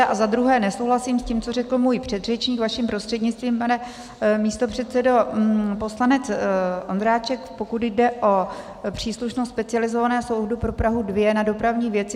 A za druhé nesouhlasím s tím, co řekl můj předřečník, vaším prostřednictvím, pane místopředsedo, poslanec Vondráček, pokud jde o příslušnost specializovaného soudu pro Prahu 2 na dopravní věci.